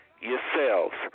yourselves